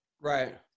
Right